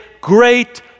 great